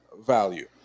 value